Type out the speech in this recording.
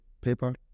paper